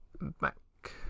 Back